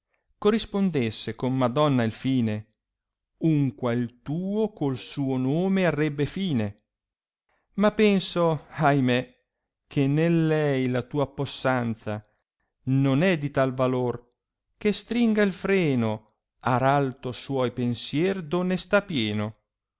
corrispondesse con madonna il fine unqua il tuo col suo nome arrebbe fine ma penso ahimè che n lei la tua possanza non è di tal valor che stringa il freno a r alto suoi pensier d onestà pieno